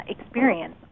experience